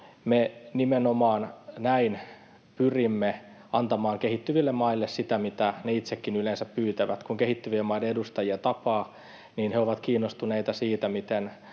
me nimenomaan näin pyrimme antamaan kehittyville maille sitä, mitä ne itsekin yleensä pyytävät. Kun kehittyvien maiden edustajia tapaa, niin he ovat kiinnostuneita siitä, miten